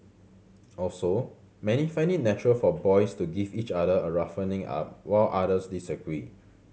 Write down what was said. also many find it natural for boys to give each other a roughening up while others disagree